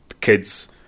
kids